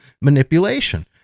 manipulation